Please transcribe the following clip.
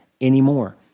anymore